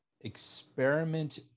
experiment